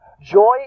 Joy